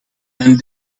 and